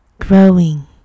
Growing